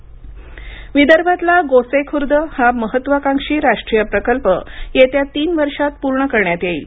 गोसेखुर्द मुख्यमंत्री विदर्भातला गोसेखूर्द हा महत्त्वाकांक्षी राष्ट्रीय प्रकल्प येत्या तीन वर्षात पूर्ण करण्यात येईल